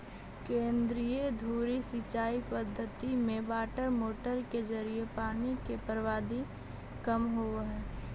केंद्रीय धुरी सिंचाई पद्धति में वाटरमोटर के जरिए पानी के बर्बादी कम होवऽ हइ